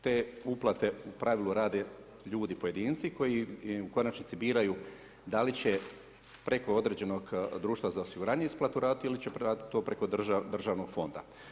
Te uplate u pravilu rade ljudi pojedinci koji u konačnici biraju da li će preko određenog društva za osiguranje isplatu radit ili će radit to preko državnog fonda.